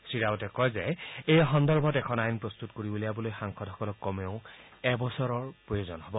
শ্ৰীৰাৱটে কয় এই সন্দৰ্ভত এখন আইন প্ৰস্তুত কৰি উলিয়াবলৈ সাংসদসকলক কমেও এবছৰৰ প্ৰয়োজন হ'ব